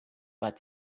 but